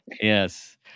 Yes